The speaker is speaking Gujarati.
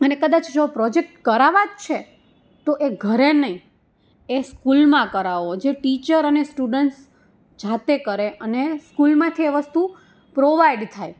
અને કદાચ જો પ્રોજેક્ટ કરાવવા જ છે તો એ ઘરે નહીં એ સ્કૂલમાં કરાવો જે ટીચર અને સ્ટુડન્ટ્સ જાતે કરે અને સ્કૂલમાંથી એ વસ્તુ પ્રોવાઈડ થાય